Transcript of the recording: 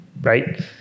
right